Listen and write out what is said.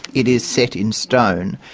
it is set in stone,